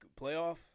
playoff